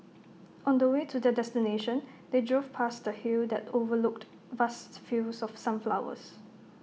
on the way to their destination they drove past A hill that overlooked vast fields of sunflowers